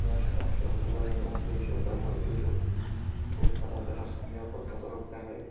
অনেক সমস্যা হতে পারে এবং সেই সব শক্তি কোনো সাঁতার কাঁটার সঙ্গে নিরাপদ থাকার উপায় হল